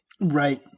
Right